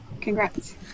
Congrats